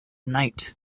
night